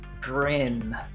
grin